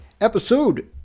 episode